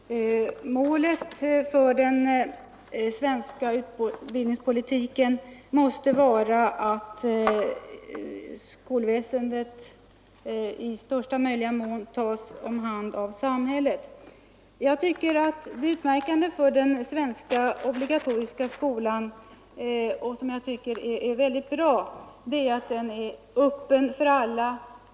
Herr talman! Målet för den svenska utbildningspolitiken måste vara att skolsystemet i största möjliga mån tas om hand av samhället. Det utmärkande för den svenska obligatoriska skolan är att den är öppen för alla, och det tycker jag är väldigt bra.